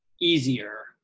easier